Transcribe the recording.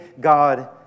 God